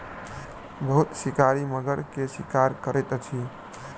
बहुत शिकारी मगर के शिकार करैत अछि